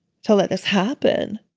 to let this happen